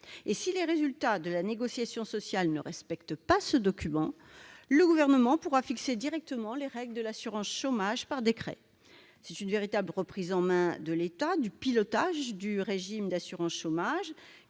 Et si les résultats de la négociation sociale ne respectent pas ce document, le Gouvernement pourra fixer directement les règles de l'assurance chômage par décret. Cette reprise en main par l'État du pilotage du régime d'assurance chômage